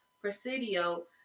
Presidio